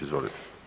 Izvolite.